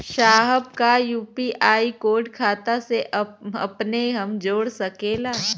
साहब का UPI code खाता से अपने हम जोड़ सकेला?